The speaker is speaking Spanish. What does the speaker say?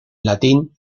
latín